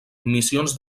missions